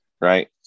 Right